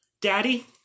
Daddy